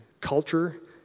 culture